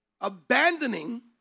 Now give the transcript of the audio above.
abandoning